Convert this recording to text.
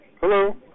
Hello